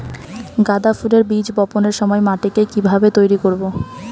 গাদা ফুলের বীজ বপনের সময় মাটিকে কিভাবে তৈরি করব?